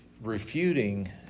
refuting